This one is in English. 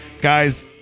Guys